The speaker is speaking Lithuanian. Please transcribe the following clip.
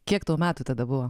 kiek tų metų tada buvo